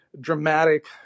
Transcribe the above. dramatic